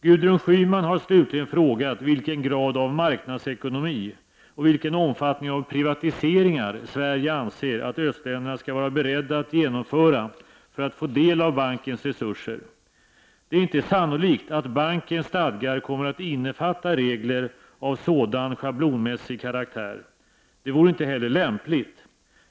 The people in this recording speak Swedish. Gudrun Schyman har slutligen frågat vilken grad av marknadsekonomi och i vilken omfattning av privatiseringar Sverige anser att östländerna skall vara beredda att genomföra för att få del av bankens resurser. Det är inte sannolikt att bankens stadgar kommer att innefatta regler av sådan schablonmässig karaktär. Detta vore inte heller lämpligt.